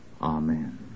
Amen